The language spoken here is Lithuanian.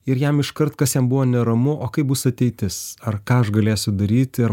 ir jam iškart kas jam buvo neramu o kaip bus ateitis ar ką aš galėsiu daryti ir